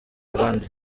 abandi